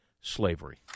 slavery